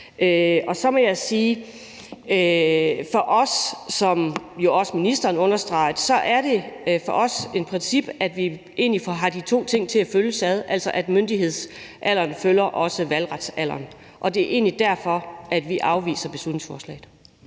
Så må jeg sige, at for os, som jo også ministeren understregede, er det et princip, at de to ting følges ad, altså at myndighedsalderen også følger valgretsalderen. Det er egentlig derfor, at vi afviser beslutningsforslaget.